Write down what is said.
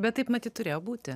bet taip matyt turėjo būti